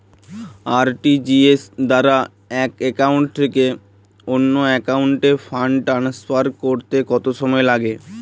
RTGS দ্বারা এক account থেকে অন্য একাউন্টে ফান্ড ট্রান্সফার করতে কত সময় লাগে?